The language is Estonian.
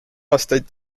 aastaid